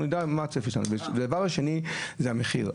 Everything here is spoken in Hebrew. והדבר השני זה המחיר.